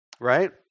right